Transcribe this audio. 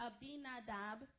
Abinadab